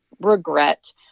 regret